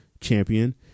champion